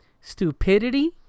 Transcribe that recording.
stupidity